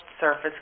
surface